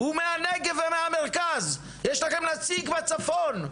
הוא מהנגב והמרכז, יש לכם נציג בצפון.